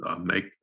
make